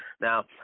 now